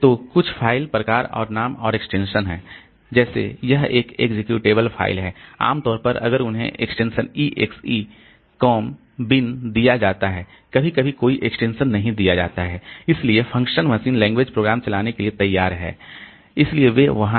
तो कुछ फ़ाइल प्रकार और नाम और एक्सटेंशन हैं जैसे यह एक एक्सेक्यूटेबल फ़ाइल है आम तौर पर अगर उन्हें एक्सटेंशन exe कॉम बिन दिया जाता है कभी कभी कोई एक्सटेंशन नहीं दिया जाता है इसलिए फ़ंक्शन मशीन लैंग्वेज प्रोग्राम चलाने के लिए तैयार है इसलिए वे वहां हैं